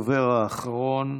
הדובר האחרון,